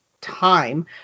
time